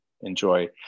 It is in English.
enjoy